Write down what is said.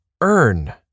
earn